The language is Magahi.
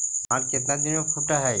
धान केतना दिन में फुट है?